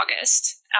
August